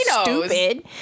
stupid